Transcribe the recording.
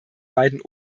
beiden